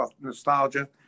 nostalgia